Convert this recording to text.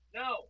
no